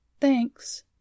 Thanks